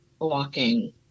walking